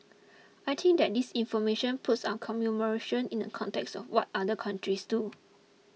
I think that this information puts our commemoration in the context of what other countries do